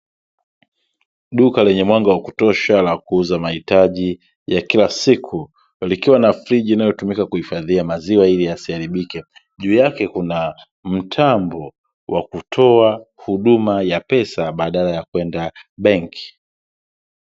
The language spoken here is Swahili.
Duka lenye mwanga wa kutosha la kuuza mahitaji ya kila siku likiwa na friji linalotumika kuhifadhia maziwa ili yasiharibike, juu yake kuna mtambo wa kutoa huduma ya pesa badala ya kwenda benki.